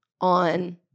on